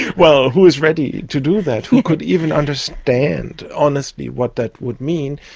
well, who is ready to do that, who could even understand, honestly, what that would mean.